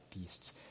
beasts